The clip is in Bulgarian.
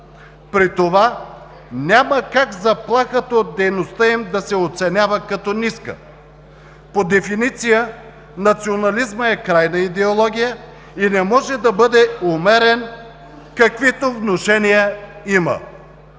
при това няма как заплахата от дейността им да се оценява като ниска. По дефиниция национализмът е крайна идеология и не може да бъде умерен, каквито внушения има.